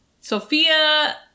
Sophia